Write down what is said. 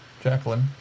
Jacqueline